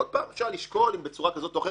עוד פעם, אפשר לשקול אם בצורה כזאת או אחרת.